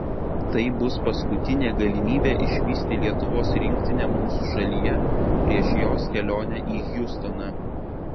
tai bus paskutinė galimybė išvysti lietuvos rinktinę mūsų šalyje prieš jos kelionę į hjustoną